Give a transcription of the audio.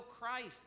Christ